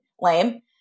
lame